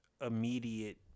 immediate